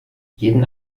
jeden